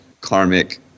karmic